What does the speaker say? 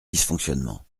dysfonctionnements